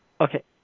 Okay